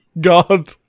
God